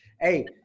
Hey